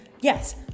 yes